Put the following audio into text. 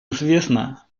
известно